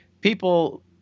people